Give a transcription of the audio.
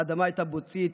האדמה הייתה בוצית,